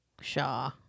Shaw